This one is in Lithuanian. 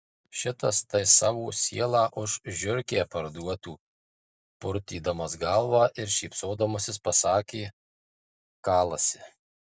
šitas tai savo sielą už žiurkę parduotų purtydamas galvą ir šypsodamasis pasakė kalasi